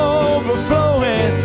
overflowing